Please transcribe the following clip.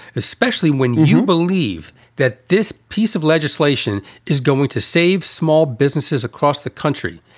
especially when you believe that this piece of legislation is going to save small businesses across the country.